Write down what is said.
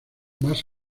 más